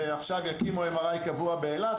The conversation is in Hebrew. ועכשיו יקימו MRI קבוע באילת,